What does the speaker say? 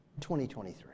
2023